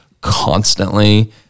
constantly